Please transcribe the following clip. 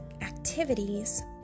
activities